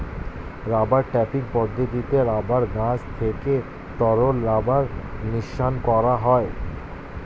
rubber tapping পদ্ধতিতে rubber গাছ থেকে তরল রাবার নিষ্কাশণ করা হয়